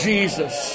Jesus